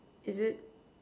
is it